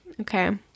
Okay